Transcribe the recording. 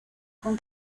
con